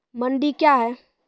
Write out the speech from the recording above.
मंडी क्या हैं?